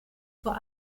vor